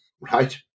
right